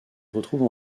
retrouve